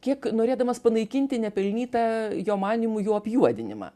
kiek norėdamas panaikinti nepelnytą jo manymu jo apjuodinimą